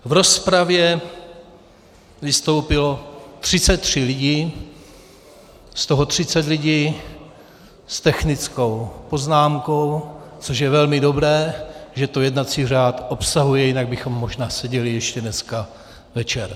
V rozpravě vystoupilo 33 lidí, z toho 30 lidí s technickou poznámkou, což je velmi dobré, že to jednací řád obsahuje, jinak bychom možná seděli ještě dneska večer.